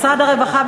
משרד הרווחה,